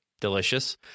delicious